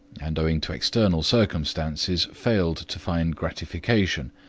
and owing to external circumstances failed to find gratification,